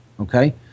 Okay